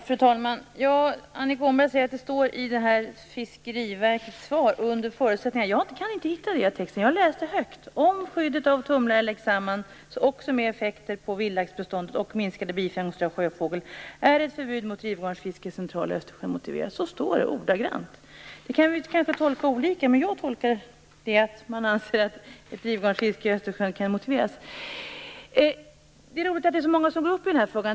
Fru talman! Annika Åhnberg säger att det i Fiskeriverkets svar står: under förutsättning att drivgarnen osv. Jag är ledsen, men jag kan inte hitta det i texten. Det står där: Om skyddet av tumlare läggs samman också med effekter på vildlaxbeståndet och minskade bifångster av sjöfågel, är ett förbud mot drivgarnsfiske i centrala Östersjön motiverat. Så står det ordagrant. Kanske tolkar vi detta olika. Jag tolkar att man anser att drivgarnsfiske i Östersjön kan motiveras. Det är roligt att det är så många som går upp i den här debatten.